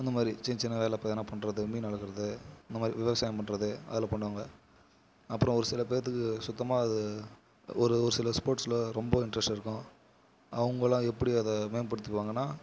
அந்த மாதிரி சின்ன சின்ன வேலை இப்போ எதுனா பண்ணுறது மீன் வளக்கிறது இந்த மாதிரி விவசாயம் பண்ணுறது அதுலாம் பண்ணுவாங்க அப்புறம் ஒரு சில பேத்துக்கு சுத்தமாக அது ஒரு ஒரு சில ஸ்போர்ட்ஸில் ரொம்ப இன்ட்ரெஸ்ட் இருக்கும் அவங்களாம் எப்படி அதை மேம்படுத்திக்குவாங்கன்னா